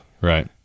Right